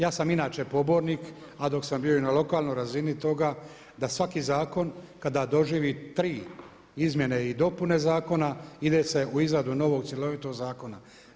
Ja sam inače pobornik, a dok sam bio i na lokalnoj razini toga da svaki zakon kada doživi tri izmjene i dopune zakona ide se u izradu novog cjelovitog zakona.